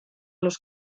los